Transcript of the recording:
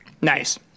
Nice